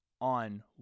on